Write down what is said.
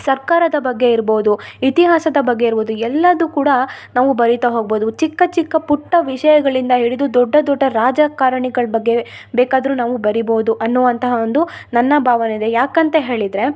ಸರ್ಕಾರದ ಬಗ್ಗೆ ಇರ್ಬೋದು ಇತಿಹಾಸದ ಬಗ್ಗೆ ಇರ್ಬೋದು ಎಲ್ಲದು ಕೂಡ ನಾವು ಬರಿತಾ ಹೋಗ್ಬೋದು ಚಿಕ್ಕ ಚಿಕ್ಕ ಪುಟ್ಟ ವಿಷಯಗಳಿಂದ ಹಿಡಿದು ದೊಡ್ಡ ದೊಡ್ಡ ರಾಜಕಾರಣಿಗಳ ಬಗ್ಗೆ ಬೇಕಾದರು ನಾವು ಬರಿಬೋದು ಅನ್ನುವಂತಹ ಒಂದು ನನ್ನ ಭಾವನೆ ಇದೆ ಯಾಕಂತ ಹೇಳಿದರೆ